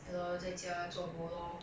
ya lor 在家 zuo bo lor